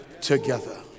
together